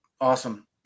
Awesome